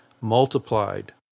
multiplied